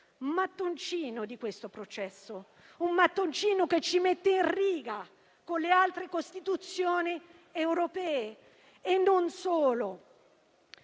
mattoncino di questo processo, un mattoncino che ci mette in riga con le altre Costituzioni europee e non solo.